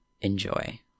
enjoy